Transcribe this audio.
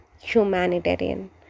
humanitarian